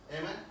Amen